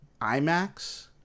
IMAX